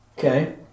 Okay